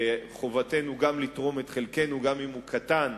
וחובתנו לתרום את חלקנו, גם אם הוא קטן,